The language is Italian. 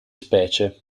specie